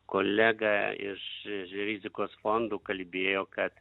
kolega iš rizikos fondų kalbėjo kad